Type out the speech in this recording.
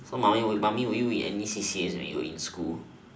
so mummy mummy were you in any C_C_A when you were in school